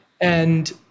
And-